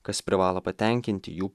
kas privalo patenkinti jų